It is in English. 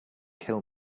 kill